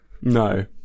No